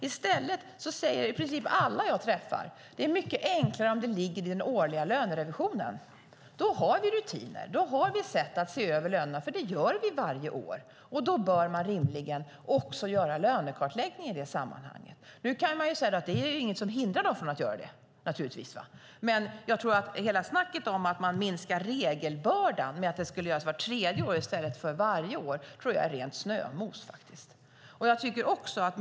I stället säger i princip alla jag träffar att det är mycket enklare om det ligger i den årliga lönerevisionen: Då har vi rutiner. Då har vi sättet att se över lönerna, för det gör vi varje år. Rimligen bör man också göra lönekartläggningen i det sammanhanget. Nu kan man säga att det naturligtvis inte är något som hindrar dem från att göra det. Men hela snacket om att man minskar regelbördan genom att lönekartläggningen ska göras vart tredje år i stället för varje år tror jag faktiskt är rent snömos.